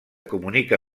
comunica